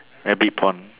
there be porn